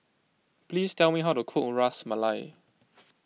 please tell me how to cook Ras Malai